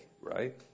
right